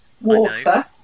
water